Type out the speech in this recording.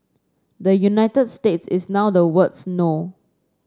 the United States is now the world's no